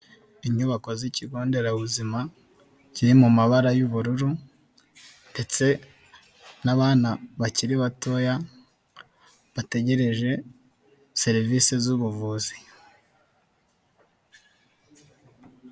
Inyubako z'ikigo nderabuzima kiri mu mabara y'ubururu, ndetse n'abana bakiri batoya bategereje serivisi z'ubuvuzi.